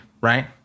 right